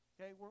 Okay